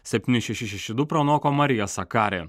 septyni šeši šeši du pranoko mariją sakari